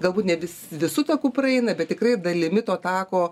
galbūt ne vis visu taku praeina bet tikrai dalimi to tako